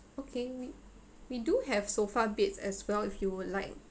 okay we we do have sofa beds as well if you would like